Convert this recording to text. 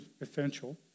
essential